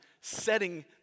setting